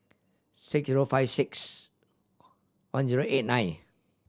six zero five six one zero eight nine